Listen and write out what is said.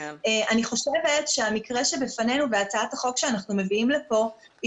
אני חושבת שהמקרה שבפנינו והצעת החוק שאנחנו מביאים לפה היא